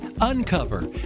uncover